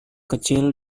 kecil